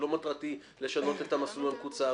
מטרתי היא לא לשנות את המסלול המקוצר,